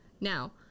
now